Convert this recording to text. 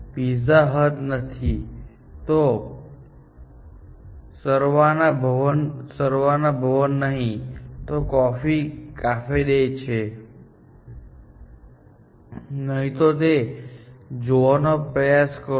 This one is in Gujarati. પિઝા હટ નથી તો સરવાના ભવન સરવાના ભવન નહીં તો કોફી કાફે ડે છે કે નહીં તે જોવાનો પ્રયાસ કરો